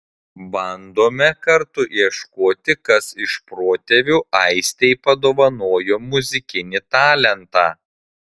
bandome kartu ieškoti kas iš protėvių aistei padovanojo muzikinį talentą